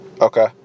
okay